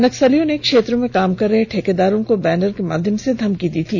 नक्सलियों ने क्षेत्र में काम कर रहे ठेकेदारों को बैनर के माध्यम से धमकी दी थी